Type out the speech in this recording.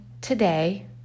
today